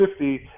50